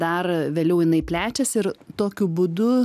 dar vėliau jinai plečiasi ir tokiu būdu